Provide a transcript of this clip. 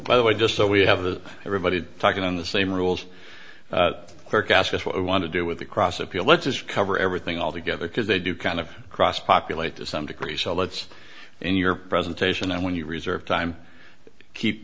by the way just so we have the everybody talking on the same rules work as just what i want to do with the cross appeal let's just cover everything all together because they do kind of cross populate to some degree so let's in your presentation and when you reserve time keep